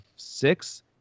six